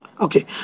Okay